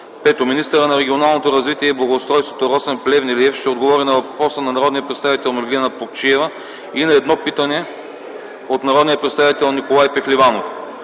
Пето, министърът на регионалното развитие и благоустройството Росен Плевнелиев ще отговори на въпрос на народния представител Меглена Плугчиева и на едно питане от народния представител Николай Пехливанов.